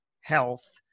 health